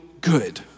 good